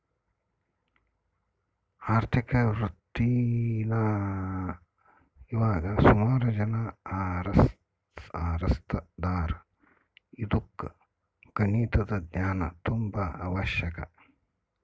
ಆರ್ಥಿಕ ವೃತ್ತೀನಾ ಇವಾಗ ಸುಮಾರು ಜನ ಆರಿಸ್ತದಾರ ಇದುಕ್ಕ ಗಣಿತದ ಜ್ಞಾನ ತುಂಬಾ ಅವಶ್ಯಕ